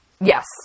Yes